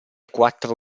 quattro